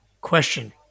question